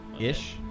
Ish